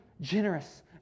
generous